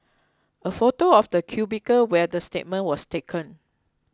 a photo of the cubicle where the statement was taken